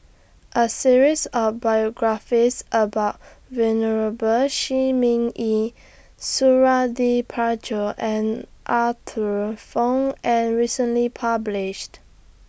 A series of biographies about Venerable Shi Ming Yi Suradi Parjo and Arthur Fong was recently published